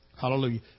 Hallelujah